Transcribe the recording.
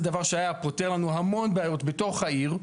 זה דבר שהיה פותר לנו המון בעיות בתוך העיר.